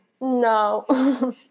No